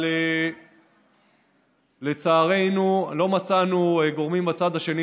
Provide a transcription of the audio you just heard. אבל לצערנו לא מצאנו גורמים בצד השני.